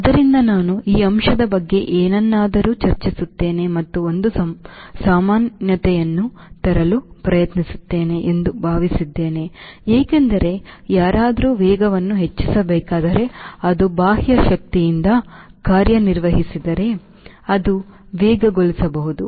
ಆದ್ದರಿಂದ ನಾನು ಈ ಅಂಶದ ಬಗ್ಗೆ ಏನನ್ನಾದರೂ ಚರ್ಚಿಸುತ್ತೇನೆ ಮತ್ತು ಒಂದು ಸಾಮಾನ್ಯತೆಯನ್ನು ತರಲು ಪ್ರಯತ್ನಿಸುತ್ತೇನೆ ಎಂದು ಭಾವಿಸಿದ್ದೇನೆ ಏಕೆಂದರೆ ಯಾರಾದರೂ ವೇಗವನ್ನು ಹೆಚ್ಚಿಸಬೇಕಾದರೆ ಅದು ಬಾಹ್ಯ ಶಕ್ತಿಯಿಂದ ಕಾರ್ಯನಿರ್ವಹಿಸಿದರೆ ಅದನ್ನು ವೇಗಗೊಳಿಸಬಹುದು